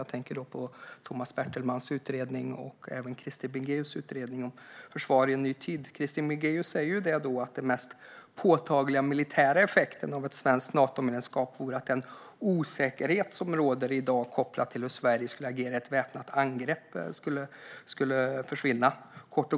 Jag tänker på Tomas Bertelmans utredning och Krister Bringéus utredning Säkerhet i en ny tid . Krister Bringéus säger att den mest påtagliga militära effekten av ett svenskt Natomedlemskap vore att den osäkerhet som råder i dag kopplat till hur Sverige skulle agera vid ett väpnat angrepp skulle försvinna.